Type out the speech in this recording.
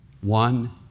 One